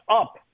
up